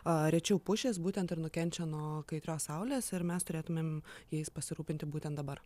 rečiau pušys būtent ir nukenčia nuo kaitrios saulės ir mes turėtumėm jais pasirūpinti būtent dabar